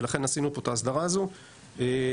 ולכן עשינו פה את ההסדרה הזו שתהיה צורה אחידה.